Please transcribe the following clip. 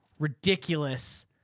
Ridiculous